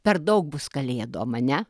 per daug bus kalėdom a ne